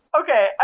Okay